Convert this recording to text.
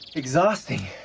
exhausting.